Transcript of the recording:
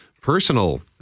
personal